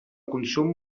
consum